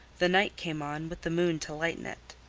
the night came on, with the moon to lighten it.